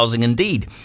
Indeed